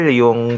yung